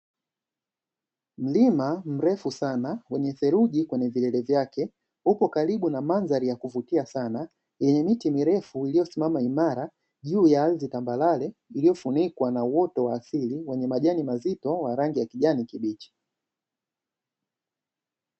Mlima mrefu sana wenye theluji kwenye vilele vyake uko karibu na mandhari ya kuvutia sana yenye miti mirefu iliyo simama imara, juu ya ardhi tambarare iliyofunikwa na uwoto wa asili wenye majani mazito ya rangi ya kijani kibichi.